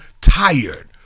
tired